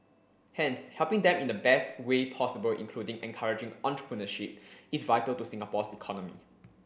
hence helping them in the best way possible including encouraging entrepreneurship is vital to Singapore's economy